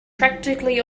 practically